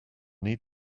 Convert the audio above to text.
need